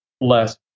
less